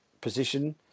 position